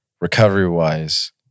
recovery-wise